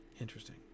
Interesting